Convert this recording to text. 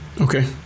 Okay